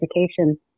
education